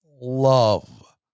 love